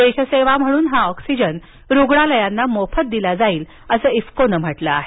देशसेवा म्हणून हा ऑक्सीजन रुग्णालयांना मोफत दिलाजाईल असं इफ्कोनं म्हटलं आहे